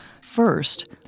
First